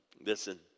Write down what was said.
Listen